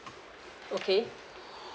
okay